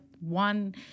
one